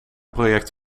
project